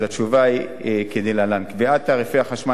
אז התשובה היא כדלהלן: קביעת תעריפי החשמל